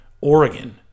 Oregon